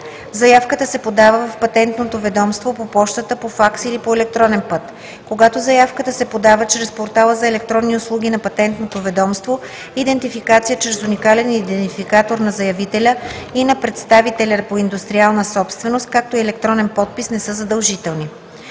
„Заявката се подава в Патентното ведомство, по пощата, по факс или по електронен път. Когато заявката се подава чрез портала за електронни услуги на Патентното ведомство, идентификация чрез уникален идентификатор на заявителя и на представителя по индустриална собственост, както и електронен подпис не са задължителни.“.